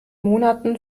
monaten